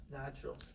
Natural